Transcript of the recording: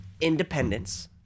independence